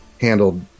handled